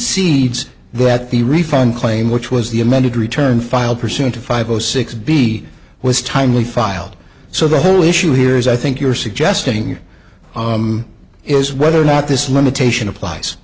cedes that the refund claim which was the amended return filed percent to five o six b was timely filed so the whole issue here is i think you're suggesting is whether or not this limitation applies